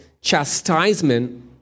chastisement